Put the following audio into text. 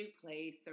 place